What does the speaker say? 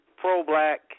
pro-black